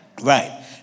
right